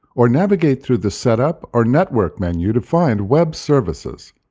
or navigate through the setup or network menu to find web services.